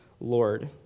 Lord